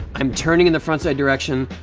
i'm turning in the front-side direction,